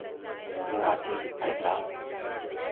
उएह चीज होइत रहल